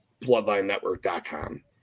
BloodlineNetwork.com